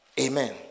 Amen